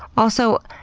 also,